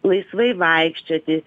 laisvai vaikščioti